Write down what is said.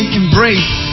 embrace